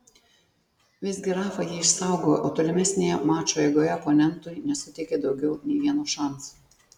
visgi rafa jį išsaugojo o tolimesnėje mačo eigoje oponentui nesuteikė daugiau nei vieno šanso